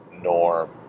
norm